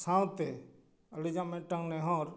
ᱥᱟᱶᱛᱮ ᱟᱹᱞᱤᱧᱟᱜ ᱢᱤᱫᱴᱮᱱ ᱱᱮᱦᱚᱨ